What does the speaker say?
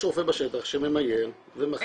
יש רופא בשטח שממיין ומחליט.